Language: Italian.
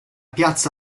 piazza